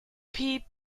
piep